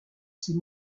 ses